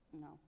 no